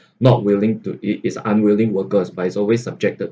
not willing to it is unwilling workers but its always subjected